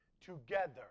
together